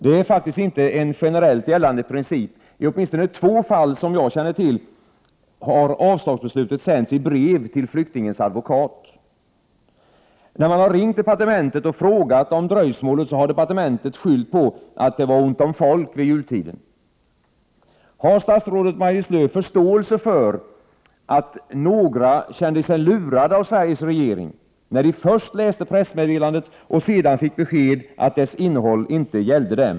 Det är faktiskt inte en generellt gällande princip. I åtminstone två fall, som jag känner till, har avslagsbeslutet sänts i brev till flyktingens advokat. När man har ringt departementet och frågat om dröjsmålet, har departementet skyllt på att det var ont om folk vid jultiden. Har statsrådet Maj-Lis Lööw förståelse för att några kände sig lurade av Sveriges regering, när de först läste pressmeddelandet och sedan fick besked att dess innehåll inte gällde dem?